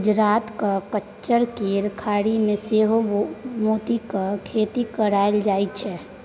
गुजरातक कच्छ केर खाड़ी मे सेहो मोतीक खेती कएल जाइत छै